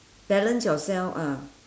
balance yourself ah